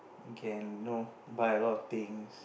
you can you know buy a lot of things